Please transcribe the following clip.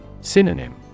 Synonym